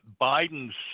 Biden's